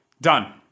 Done